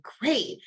great